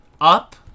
Up